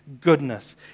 goodness